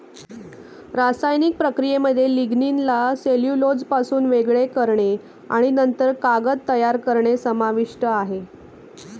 रासायनिक प्रक्रियेमध्ये लिग्निनला सेल्युलोजपासून वेगळे करणे आणि नंतर कागद तयार करणे समाविष्ट आहे